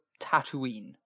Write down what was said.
Tatooine